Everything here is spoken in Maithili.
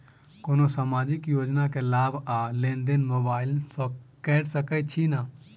कोनो सामाजिक योजना केँ लाभ आ लेनदेन मोबाइल सँ कैर सकै छिःना?